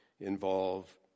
involve